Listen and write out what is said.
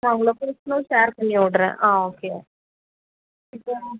நான் எங்கள் லொக்கேஷனும் ஷேர் பண்ணி விட்றேன் ஆ ஓகே இப்போ வந்து